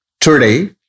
Today